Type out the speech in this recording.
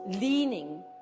leaning